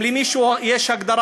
אם למישהו יש הגדרה,